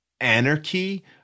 anarchy